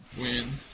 win